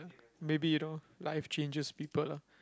maybe you know life changes people lah